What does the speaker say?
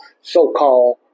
so-called